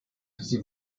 sie